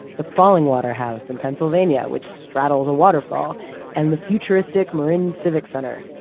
the fallingwater house in pennsylvania, which straddles a waterfall and the futuristic marin civic center,